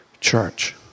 Church